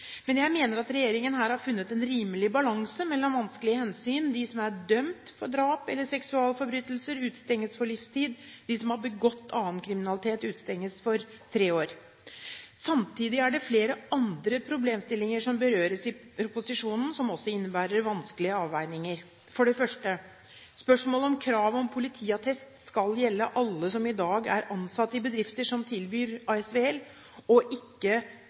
Men jeg mener regjeringen her har funnet en rimelig balanse mellom vanskelige hensyn – de som er dømt for drap eller seksualforbrytelser, utestenges for livstid, de som har begått annen kriminalitet, utestenges for tre år. Samtidig er det flere andre problemstillinger som berøres i proposisjonen som også innebærer vanskelige avveininger, for det første spørsmålet om kravet om politiattest skal gjelde alle som i dag er ansatt i bedrifter som tilbyr ASVL – ikke bare dem som ansettes fra og